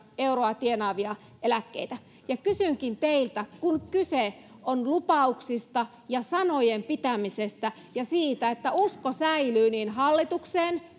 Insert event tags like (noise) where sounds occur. euroa tienaavien eläkkeitä kysynkin teiltä kun kyse on lupauksista ja sanojen pitämisestä ja siitä että usko säilyy niin hallitukseen (unintelligible)